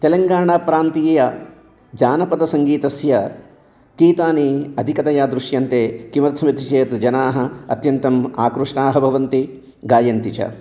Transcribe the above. तेलङ्गणाप्रान्तीय जानपदसङ्गीतस्य गीतानि अधिकतया दृश्यन्ते किमर्थम् इति चेत् जनाः अत्यन्तम् आकृष्टाः भवन्ति गायन्ति च